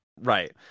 right